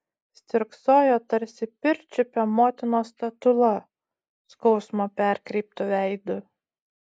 stirksojo tarsi pirčiupio motinos statula skausmo perkreiptu veidu